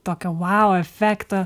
tokio vau efekto